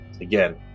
again